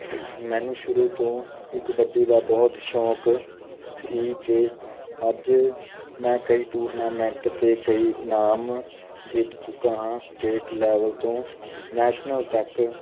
ਮੈਨੂੰ ਸ਼ੁਰੂ ਤੋਂ ਹੀ ਕਬੱਡੀ ਦਾ ਬਹੁਤ ਸ਼ੌਕ ਸੀ ਅਤੇ ਅੱਜ ਮੈਂ ਕਈ ਟੂਰਨਾਮੈਂਟ 'ਤੇ ਕਈ ਇਨਾਮ ਜਿੱਤ ਚੁੱਕਾ ਹਾਂ ਸਟੇਟ ਲੈਵਲ ਤੋਂ ਨੈਸ਼ਨਲ ਤੱਕ